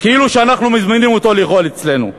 כאילו שאנחנו מזמינים אותו לאכול אצלנו.